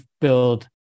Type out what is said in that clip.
build